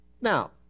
Now